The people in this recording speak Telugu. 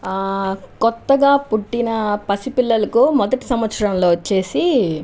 కొత్తగా పుట్టిన పసిపిల్లలకు మొదటి సంవత్సరంలో వచ్చేసి